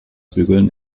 bügeln